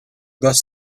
bus